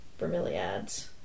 bromeliads